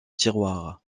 tiroirs